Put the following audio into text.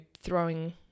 throwing